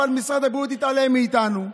אבל משרד הבריאות התעלם מאיתנו.